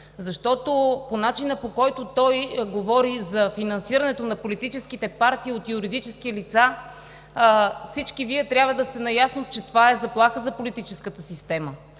Защото от начина, по който той говори за финансирането на политическите партии от юридически лица, всички Вие трябва да сте наясно, че това е заплаха за политическата система.